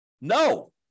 No